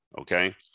Okay